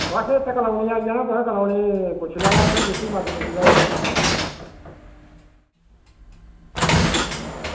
बस इत्थें कालोनी आई जाना तुसें कालोनी पुच्छी लैना इत्थें जिसी मर्जी पुच्छी लैएओ